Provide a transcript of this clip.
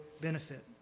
benefit